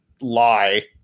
lie